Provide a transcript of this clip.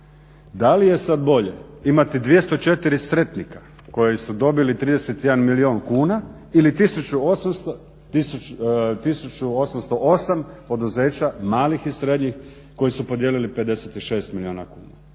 Da li je sada bolje imati 204 sretnika koji su dobili 31 milijun kuna ili 1808 poduzeća malih i srednjih koji su podijelili 56 milijuna kuna.